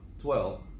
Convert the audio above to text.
twelve